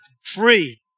free